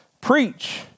preach